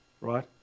right